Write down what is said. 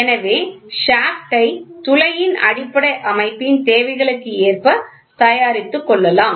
எனவே ஷாஃப்ட் ஐ துளையின் அடிப்படை அமைப்பின் தேவைகளுக்கு ஏற்ப தயாரித்துக் கொள்ளலாம்